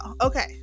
okay